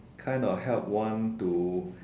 kind of help one to